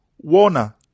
Warner